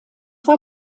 war